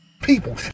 people